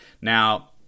Now